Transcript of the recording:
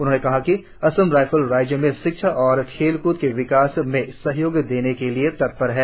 उन्होंने कहा कि असम राईफल्स राज्य में शिक्षा और खेलक्द के विकास में सहयोग देने के लिए तत्पर है